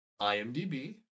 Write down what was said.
IMDb